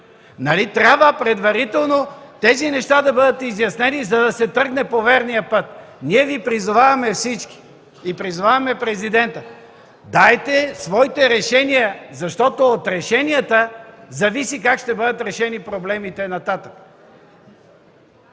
трябва предварително да бъдат изяснени, за да се тръгне по верния път?! Ние призоваваме всички, призоваваме Президента – дайте своите решения, защото от решенията зависи как ще бъдат решени проблемите нататък.